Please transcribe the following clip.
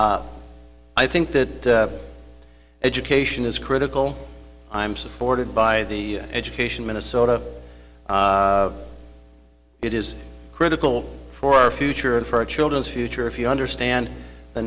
i think that education is critical i'm supported by the education minnesota it is critical for our future and for a children's future if you understand the